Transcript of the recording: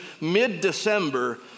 mid-December